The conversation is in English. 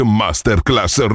masterclass